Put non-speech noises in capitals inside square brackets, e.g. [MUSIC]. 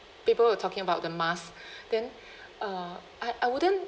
people were talking about the mask [BREATH] then [BREATH] uh I I wouldn't